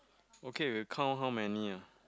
okay we count how many ah